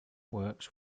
works